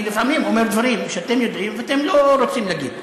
לפעמים אני אומר דברים שאתם יודעים ואתם לא רוצים להגיד.